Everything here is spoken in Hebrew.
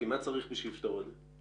מה צריך בשביל לפתור את זה?